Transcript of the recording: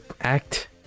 Act